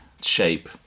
shape